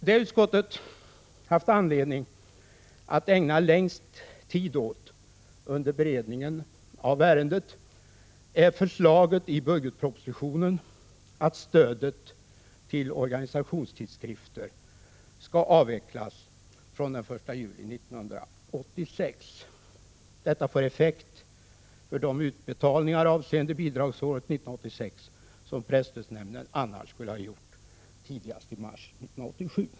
Det utskottet haft anledning att ägna längst tid åt under beredningen av ärendet är förslaget i budgetpropositionen att stödet till organisationstidskrifter skall avvecklas från den 1 juli 1986. Detta får effekter för de utbetalningar avseende bidragsåret 1986 som presstödsnämnden eljest skulle ha gjort tidigast i mars 1987.